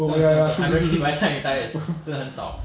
!whoa! ya ya ya true that's true